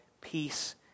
peace